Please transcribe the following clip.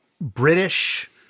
British